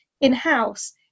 in-house